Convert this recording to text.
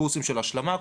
קורסים של השלמה,